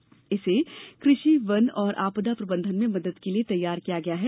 पर इसे कृषि वन और आपदा प्रबंधन में मदद के लिए तैयार किया गया है